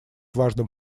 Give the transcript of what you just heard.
важным